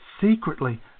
secretly